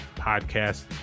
podcast